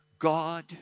God